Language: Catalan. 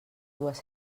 dues